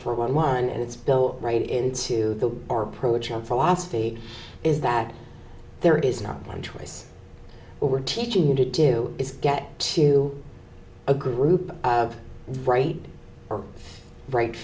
for one one and it's built right into the or approach of philosophy is that there is not one choice we're teaching you to do is get to a group of grade or grea